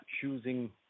choosing